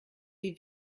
wie